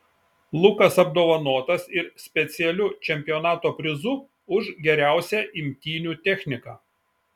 lukas apdovanotas ir specialiu čempionato prizu už geriausią imtynių techniką